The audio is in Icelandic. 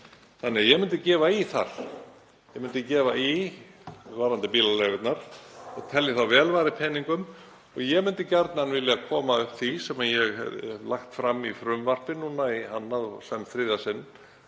Þannig að ég myndi gefa í þar. Ég myndi gefa í varðandi bílaleigurnar og telja þá vel varið peningum og ég myndi gjarnan vilja koma að því sem ég hef lagt fram í frumvarpi núna í annað og senn þriðja sinn